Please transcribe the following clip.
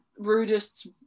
rudists